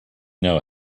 know